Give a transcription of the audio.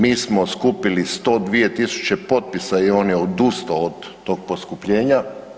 Mi smo skupili 102000 potpisa i on je odustao od tog poskupljenja.